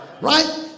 Right